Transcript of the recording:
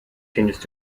findest